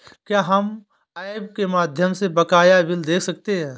क्या हम ऐप के माध्यम से बकाया बिल देख सकते हैं?